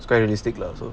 is quite realistic lah so